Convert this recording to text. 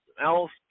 else